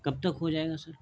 کب تک ہو جائے گا سر